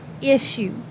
issue